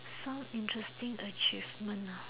some interesting achievement ah